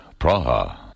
Praha